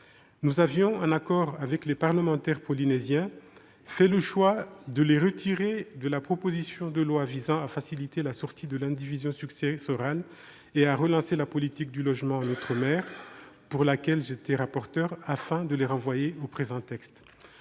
Nous avions, en accord avec les parlementaires polynésiens, fait le choix de les retirer de la proposition de loi visant à faciliter la sortie de l'indivision successorale et à relancer la politique du logement en outre-mer, sur laquelle j'étais rapporteur, afin de les renvoyer aux présents textes.